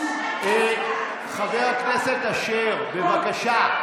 חבר הכנסת אשר, בבקשה.